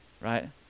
Right